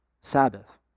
Sabbath